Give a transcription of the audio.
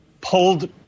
pulled